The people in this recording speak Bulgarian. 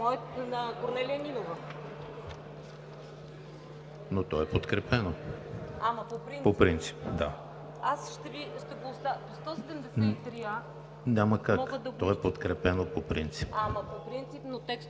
не е подкрепена по принцип.